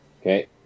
Okay